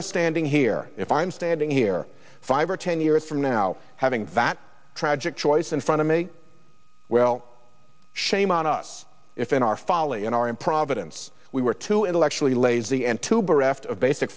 are standing here if i am standing here five or ten years from now having that tragic choice in front of me well shame on us if in our folly in our improvidence we were too intellectually lazy